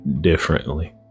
differently